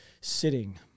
sitting